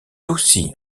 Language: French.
aussi